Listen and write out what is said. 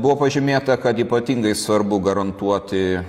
buvo pažymėta kad ypatingai svarbu garantuoti